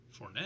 Fournette